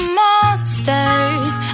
monsters